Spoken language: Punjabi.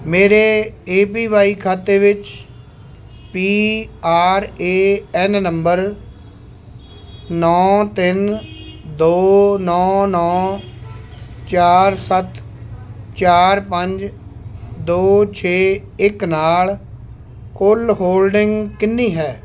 ਮੇਰੇ ਏ ਪੀ ਵਾਈ ਖਾਤੇ ਵਿੱਚ P R A N number ਨੌ ਤਿੰਨ ਦੋ ਨੌ ਨੌ ਚਾਰ ਸੱਤ ਚਾਰ ਪੰਜ ਦੋ ਛੇ ਇੱਕ ਨਾਲ ਕੁੱਲ ਹੋਲਡਿੰਗ ਕਿੰਨੀ ਹੈ